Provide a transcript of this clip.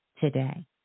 today